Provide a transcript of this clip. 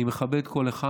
אני מכבד כל אחד.